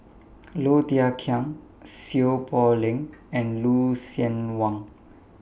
Low Thia Khiang Seow Poh Leng and Lucien Wang